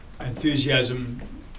enthusiasm